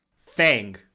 Fang